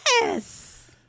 Yes